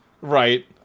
Right